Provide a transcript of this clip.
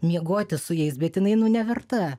miegoti su jais bet jinai nu neverta